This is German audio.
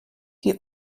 die